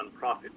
nonprofit